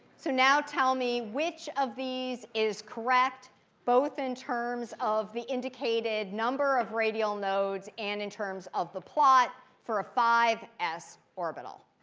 so now tell me which of these is correct both in terms of the indicated number of radial nodes and in terms of the plot for a five s orbital.